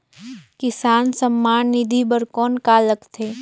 किसान सम्मान निधि बर कौन का लगथे?